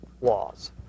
laws